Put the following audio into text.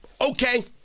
Okay